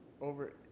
over